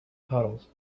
puddles